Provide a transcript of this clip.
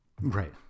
Right